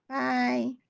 i